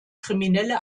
kriminelle